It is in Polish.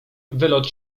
wylot